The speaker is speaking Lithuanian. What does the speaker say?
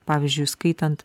pavyzdžiui skaitant